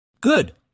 Good